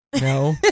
no